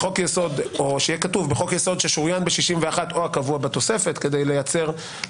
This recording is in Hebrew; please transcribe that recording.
או שיהיה כתוב: "בחוק יסוד ששוריין ב-61 או הקבוע בתוספת" כדי לייצר